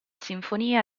sinfonia